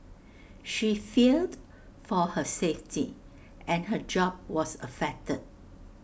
she feared for her safety and her job was affected